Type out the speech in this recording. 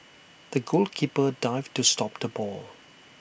the goalkeeper dived to stop the ball